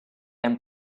and